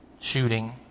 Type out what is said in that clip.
shooting